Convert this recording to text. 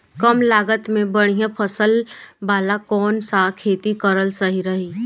कमलागत मे बढ़िया फसल वाला कौन सा खेती करल सही रही?